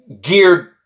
geared